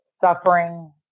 suffering